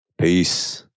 Peace